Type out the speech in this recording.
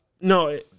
no